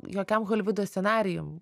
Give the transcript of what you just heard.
jokiam holivudo scenarijum